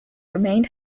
remained